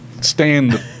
stand